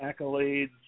accolades